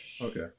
Okay